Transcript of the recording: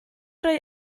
roi